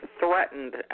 threatened